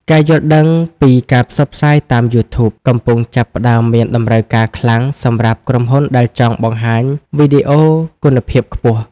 ការយល់ដឹងពីការផ្សព្វផ្សាយតាមយូធូប កំពុងចាប់ផ្តើមមានតម្រូវការខ្លាំងសម្រាប់ក្រុមហ៊ុនដែលចង់បង្ហាញវីដេអូគុណភាពខ្ពស់។